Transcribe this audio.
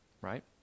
right